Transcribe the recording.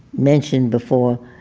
mentioned before